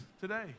today